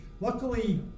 luckily